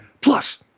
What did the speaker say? Plus